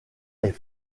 est